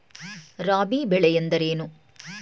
ರಾಬಿ ಬೆಳೆ ಎಂದರೇನು?